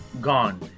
gone